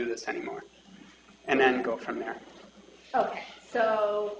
do this anymore and then go from there